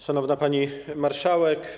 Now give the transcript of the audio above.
Szanowna Pani Marszałek!